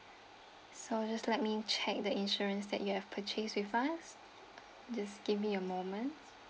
so just like me check the insurance that you have purchase with us just give me a moment